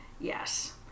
yes